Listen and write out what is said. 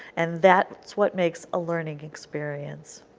and that is what makes a learning experience.